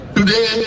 Today